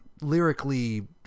lyrically